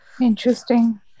interesting